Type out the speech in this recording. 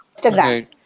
Instagram